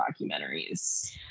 documentaries